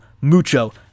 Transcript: Mucho